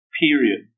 Period